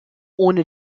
ohne